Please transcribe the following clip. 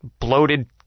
bloated